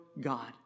God